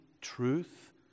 truth